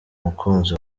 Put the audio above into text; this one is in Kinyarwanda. umukunzi